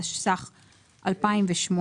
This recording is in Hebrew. התשס"ח-2008,